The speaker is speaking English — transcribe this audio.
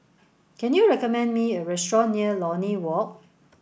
can you recommend me a restaurant near Lornie Walk